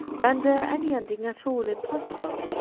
render any ending at all impossible.